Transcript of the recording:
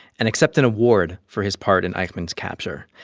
and accept an award for his part in eichmann's capture.